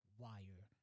wire